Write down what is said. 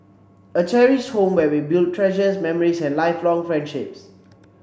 a cherished home where we build treasures memories and lifelong friendships